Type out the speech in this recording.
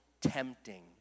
tempting